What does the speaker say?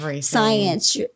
science